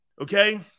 Okay